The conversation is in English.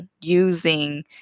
using